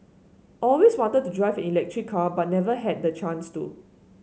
always wanted to drive an electric car but never had the chance to